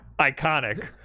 iconic